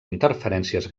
interferències